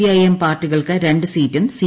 IM പാർട്ടികൾക്ക് രണ്ടു സീറ്റും സി